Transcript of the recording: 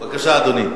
בבקשה, אדוני.